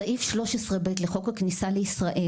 סעיף 13 לחוק הכניסה לישראל,